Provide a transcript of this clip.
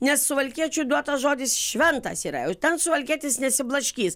nes suvalkiečiui duotas žodis šventas yra jau ten suvalkietis nesiblaškys